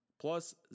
Plus